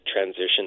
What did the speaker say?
transition